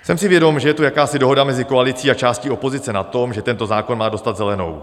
Jsem si vědom, že je tu jakási dohoda mezi koalicí a částí opozice na tom, že tento zákon má dostat zelenou.